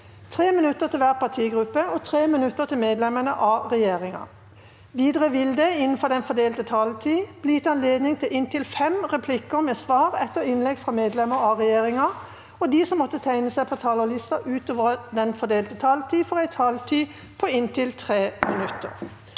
3 minutter til hver partigruppe og 3 minutter til medlemmer av regjeringa. Videre vil det – innenfor den fordelte taletid – bli gitt anledning til inntil fem replikker med svar etter innlegg fra medlemmer av regjeringa, og de som måtte tegne seg på talerlisten utover den fordelte taletid, får også en taletid på inntil 3 minutter.